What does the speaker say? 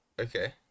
Okay